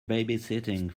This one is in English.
babysitting